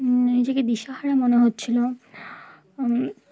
নিজেকে দিশাহারা মনে হচ্ছিলো